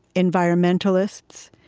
environmentalists,